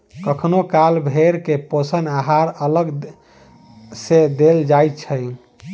कखनो काल भेंड़ के पोषण आहार अलग सॅ देल जाइत छै